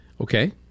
Okay